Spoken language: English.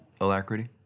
Alacrity